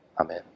Amen